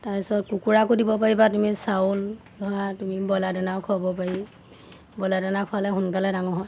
তাৰপিছত কুকুৰাকো দিব পাৰিবা তুমি চাউল ধৰা তুমি ব্ৰইলাৰ দানাও খুৱাব পাৰি ব্ৰইলাৰ দানা খোৱালৈ সোনকালে ডাঙৰ হয়